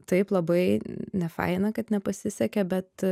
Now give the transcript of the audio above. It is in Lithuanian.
taip labai nefaina kad nepasisekė bet